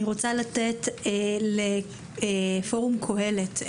אני רוצה לתת את רשות הדיבור לפורום קהלת.